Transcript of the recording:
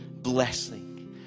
blessing